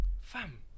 Fam